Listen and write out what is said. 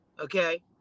Okay